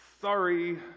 sorry